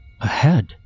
Ahead